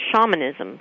shamanism